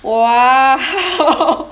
!wah!